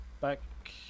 back